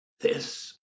This